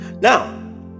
Now